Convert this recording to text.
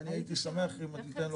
ואני הייתי שמח אם תיתן לו אחר כך לדבר.